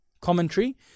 commentary